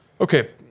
Okay